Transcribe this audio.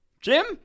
Jim